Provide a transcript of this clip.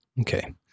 Okay